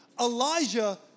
Elijah